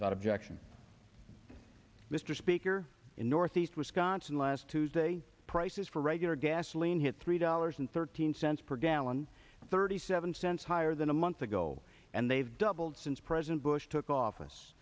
that objection mr speaker in northeast wisconsin last tuesday prices for regular gasoline hit three dollars and thirteen cents per gallon thirty seven cents higher than a month ago and they've doubled since president bush took office